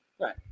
Right